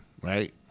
right